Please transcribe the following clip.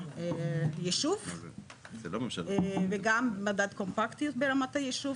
הישוב וגם מדד קומפקטיות ברמת הישוב,